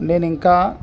నేను ఇంకా